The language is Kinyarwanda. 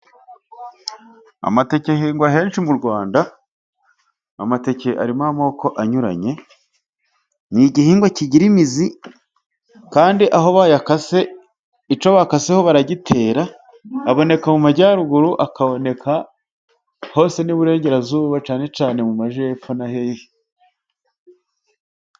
Amateke ahingwa ahenshi mu Rwanda, amateke arimo amoko anyuranye, ni igihingwa kigira imizi, kandi aho bayakase, icyo bakaseho baragitera, aboneka mu Majyaruguru, akaboneka hose n'Iburengerazuba, cyane cyane mu Majyepfo na hehe.